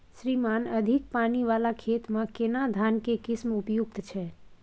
श्रीमान अधिक पानी वाला खेत में केना धान के किस्म उपयुक्त छैय?